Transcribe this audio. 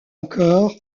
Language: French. encore